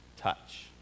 touch